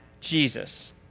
Jesus